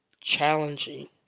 challenging